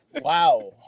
Wow